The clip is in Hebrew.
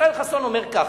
ישראל חסון אומר כך: